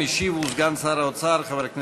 המשיב הוא סגן שר האוצר חבר הכנסת יצחק כהן.